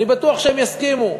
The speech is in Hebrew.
אני בטוח שהם יסכימו.